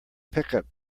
pickup